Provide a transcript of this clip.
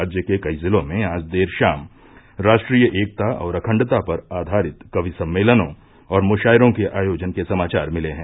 राज्य के कई जिलों में आज देर शाम राष्ट्रीय एकता और अखण्डता पर आधारित कवि सम्मेलनों और मुशायरों के आयोजन के समाचार मिले हैं